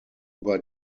über